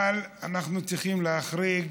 אבל אנחנו צריכים להחריג